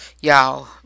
y'all